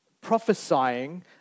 prophesying